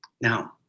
Now